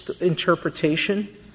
interpretation